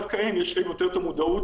לגבי השאלה אם הטלפון הוא אזיק אלקטרוני